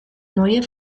neue